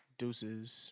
deuces